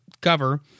cover